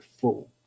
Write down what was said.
full